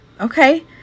Okay